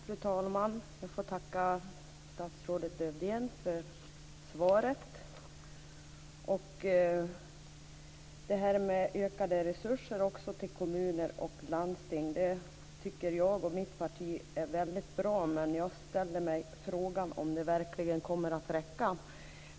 Fru talman! Jag får tacka statsrådet Lövdén för svaret. Jag och mitt parti tycker att ökade resurser till kommuner och landsting är väldigt bra, men jag ställer mig frågan om det verkligen kommer att räcka.